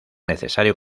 necesario